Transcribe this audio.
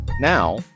now